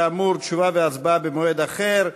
כאמור, תשובה והצבעה במועד אחר.